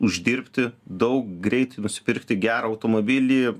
uždirbti daug greit nusipirkti gerą automobilį